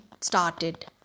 started